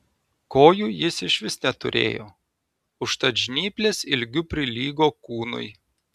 kojų jis išvis neturėjo užtat žnyplės ilgiu prilygo kūnui